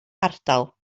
ardal